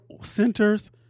centers